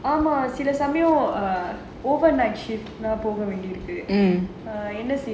ஆமா சில சமயம் ஆமா சில சமயம் overnight shift போகவேண்டியது இருக்கு என்ன செய்றது:pogavendiyathu irukku enna seiyarathu